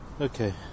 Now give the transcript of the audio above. Okay